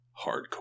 hardcore